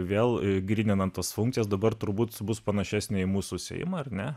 vėl išgryninant tas funkcijas dabar turbūt bus panašesnė į mūsų seimą ar ne